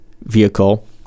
vehicle